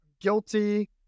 guilty